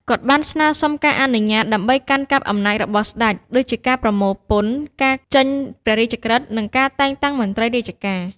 គាត់បានស្នើសុំការអនុញ្ញាតដើម្បីកាន់កាប់អំណាចរបស់ស្តេច ដូចជាការប្រមូលពន្ធ ការចេញព្រះរាជក្រឹត្យ និងការតែងតាំងមន្ត្រីរាជការ។